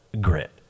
grit